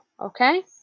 okay